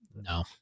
No